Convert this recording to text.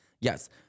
Yes